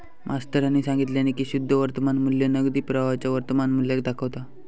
मास्तरानी सांगितल्यानी की शुद्ध वर्तमान मू्ल्य नगदी प्रवाहाच्या वर्तमान मुल्याक दाखवता